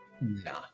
Nah